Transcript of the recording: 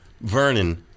Vernon